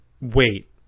wait